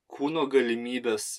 kūno galimybes